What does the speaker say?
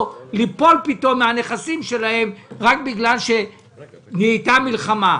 ליפול פתאום מן הנכסים שלהם רק בגלל שנהייתה מלחמה,